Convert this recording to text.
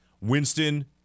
Winston